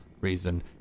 reason